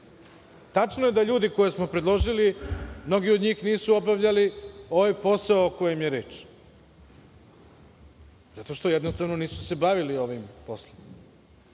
Tačno je da ljudi koje smo predložili, mnogi od njih nisu obavljali ovaj posao o kojem je reč zato što se jednostavno nisu bavili ovim poslom.